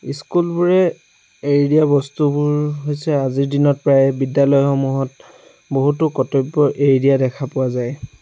ইস্কুলবোৰে এৰি দিয়া বস্তুবোৰ হৈছে আজিৰ দিনত প্ৰায় বিদ্যালয়সমূহত বহুতো কৰ্তব্য এৰি দিয়া দেখা পোৱা যায়